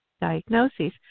Diagnoses